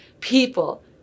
people